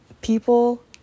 people